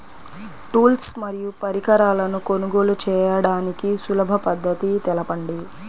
Tools మరియు పరికరాలను కొనుగోలు చేయడానికి సులభ పద్దతి తెలపండి?